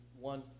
one